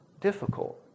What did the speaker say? difficult